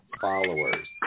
followers